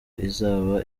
izaba